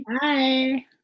Bye